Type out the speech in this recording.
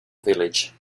village